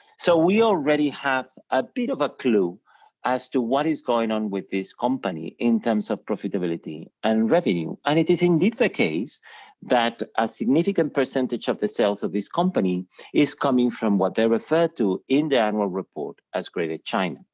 so we already have a bit of a clue as to what is going on with this company in terms of profitability and revenue and it is indeed the case that a significant percentage of the sales of this company is coming from what they referred to in the annual report, as greater china.